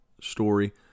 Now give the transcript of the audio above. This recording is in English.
story